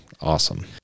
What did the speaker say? Awesome